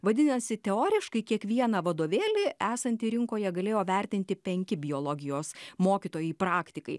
vadinasi teoriškai kiekvieną vadovėlį esantį rinkoje galėjo vertinti penki biologijos mokytojai praktikai